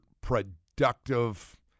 productive